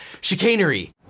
chicanery